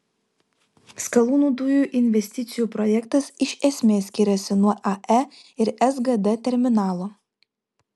skalūnų dujų investicijų projektas iš esmės skiriasi nuo ae ir sgd terminalo